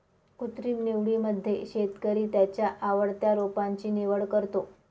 कृत्रिम निवडीमध्ये शेतकरी त्याच्या आवडत्या रोपांची निवड करतो